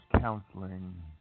counseling